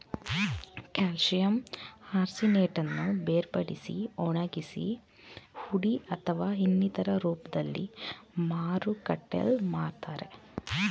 calcium ಆರ್ಸಿನೇಟನ್ನು ಬೇರ್ಪಡಿಸಿ ಒಣಗಿಸಿ ಹುಡಿ ಅಥವಾ ಇನ್ನಿತರ ರೂಪ್ದಲ್ಲಿ ಮಾರುಕಟ್ಟೆಲ್ ಮಾರ್ತರೆ